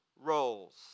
roles